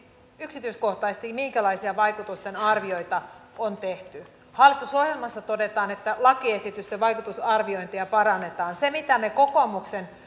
yksityiskohtaisesti minkälaisia vaikutusten arvioita on tehty hallitusohjelmassa todetaan että lakiesitysten vaikutusarviointia parannetaan se mitä me kokoomuksen